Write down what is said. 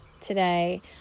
today